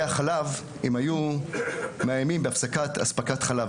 החלב אם הם היו מאיימים בהפסקת אספקת חלב.